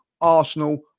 Arsenal